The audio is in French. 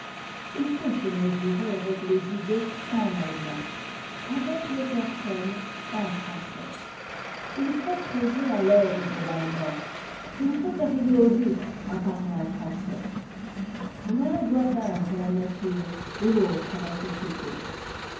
il faut se mesurer avec les idées en allemand avec les personnes en français il faut creuser à l'aide de l'allemand il faut arriver au but en partant français l'un doit peindre la nature et l'autre la société